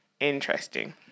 Interesting